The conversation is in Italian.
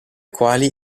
quali